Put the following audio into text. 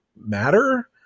matter